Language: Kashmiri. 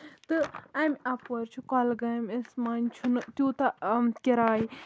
تہٕ اَمہِ اَپور چھُ کۄلگٲمِس منٛز چھُنہٕ تیوٗتاہ کِراے